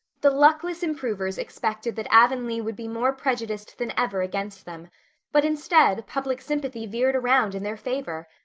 the luckless improvers expected that avonlea would be more prejudiced than ever against them but instead, public sympathy veered around in their favor.